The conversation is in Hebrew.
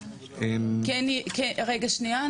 רגע שנייה,